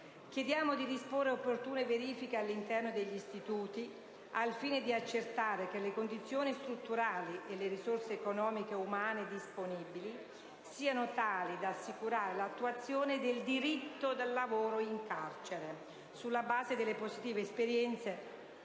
Chiediamo di disporre opportune verifiche all'interno degli istituti al fine di accertare se le condizioni strutturali e le risorse economiche e umane disponibili siano tali da assicurare l'attuazione del diritto al lavoro in carcere, sulla base delle positive esperienze